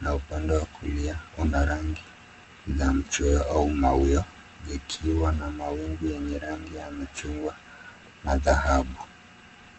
na uande wa kulia una rangi za mchweo au mawio zikiwa na mawingu yenye rangi ya mchungwa na dhahabu.